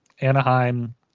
Anaheim